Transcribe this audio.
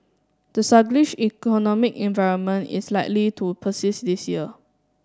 the sluggish economic environment is likely to persist this year